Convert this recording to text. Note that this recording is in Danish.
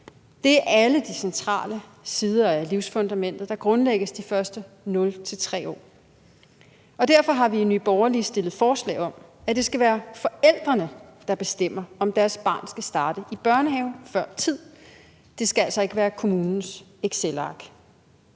Det er alle de centrale sider af livsfundamentet, der grundlægges de første 0-3 år, og derfor har vi i Nye Borgerlige fremsat forslag om, at det skal være forældrene, der bestemmer, om deres barn skal starte i børnehave før tid. Det skal altså ikke være kommunens excelark.